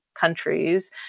countries